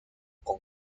con